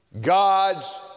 God's